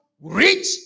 rich